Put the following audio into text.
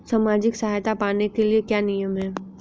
सामाजिक सहायता पाने के लिए क्या नियम हैं?